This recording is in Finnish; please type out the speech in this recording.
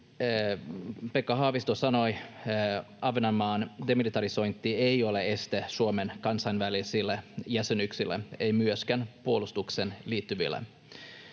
Pekka Haavisto sanoi, Ahvenanmaan demilitarisointi ei ole este Suomen kansainvälisille jäsenyyksille, ei myöskään puolustukseen liittyville.